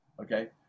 Okay